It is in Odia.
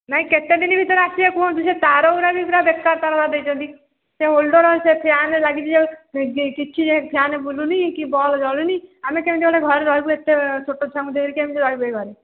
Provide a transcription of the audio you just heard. ନାଇଁ କେତେ ଦିନ ଭିତରେ ଆସିବେ କୁହନ୍ତୁ ସେ ତାର ଗୁଡ଼ା ବି ପୁରା ବେକାର ତାର ଗୁଡ଼ା ଦେଇଛନ୍ତି ସେ ହୋଲଡ଼ର ସେ ଫ୍ୟାନ୍ ଲାଗିଛି ଯେ କିଛି ଫ୍ୟାନ୍ ବୁଲୁନି କି ବଲ୍ବ ଜଳୁନି ଆମେ କେମିତି ଗୋଟେ ଘରେ ରହିବୁ ଏତେ ଛୋଟ ଛୁଆଙ୍କୁ ଧରିକି କେମିତି ରହିପାରିବା ଆମେ